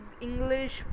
english